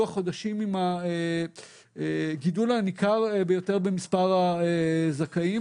החודשים עם הגידול הניכר ביותר במספר הזכאים,